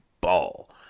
ball